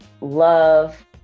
love